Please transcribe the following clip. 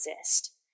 exist